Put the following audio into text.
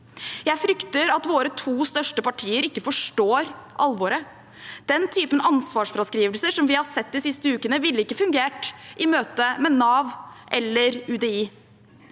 Jeg frykter at våre to største partier ikke forstår alvoret. Den typen ansvars fraskrivelser som vi har sett de siste ukene, ville ikke ha fungert i møte med Nav eller UDI.